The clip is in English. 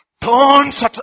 turns